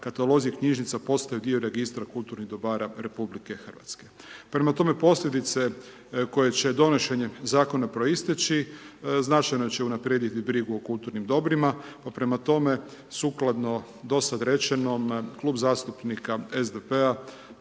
katalozi knjižnica postaju dio registra kulturnih dobara RH. Prema tome posljedice koje će donošenjem zakona proisteći značajno će unaprijediti brigu o kulturnim dobrima. Pa prema tome, sukladno do sada rečenom Klub zastupnika SDP-a